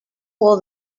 pull